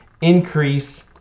increase